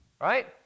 right